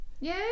Yay